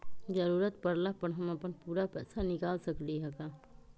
जरूरत परला पर हम अपन पूरा पैसा निकाल सकली ह का?